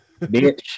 Bitch